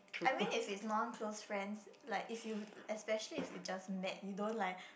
I mean if it's non close friend like if you especially if you just met you don't like